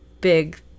big